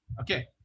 Okay